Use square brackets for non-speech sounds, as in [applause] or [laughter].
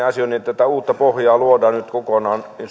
[unintelligible] asioinnin uutta pohjaa luodaan nyt